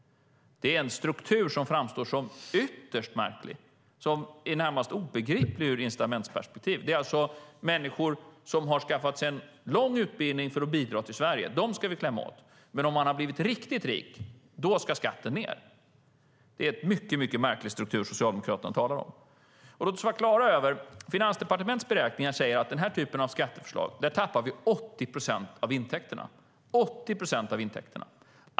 Detta är en struktur som framstår som ytterst märklig och som är närmast obegriplig ur incitamentsperspektiv. Människor som har skaffat sig en lång utbildning för att bidra till Sverige ska vi alltså klämma åt. Men om man har blivit riktigt rik då ska skatten ned. Det är en mycket märklig struktur som Socialdemokraterna talar om. Vi ska vara klara över en sak. Enligt Finansdepartementets beräkningar tappar vi 80 procent av intäkterna med denna typ av skatteförslag.